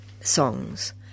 songs